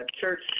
church